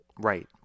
right